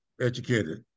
educated